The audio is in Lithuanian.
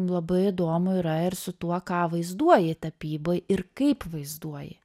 labai įdomu yra ir su tuo ką vaizduoji tapyboj ir kaip vaizduoji